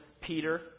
Peter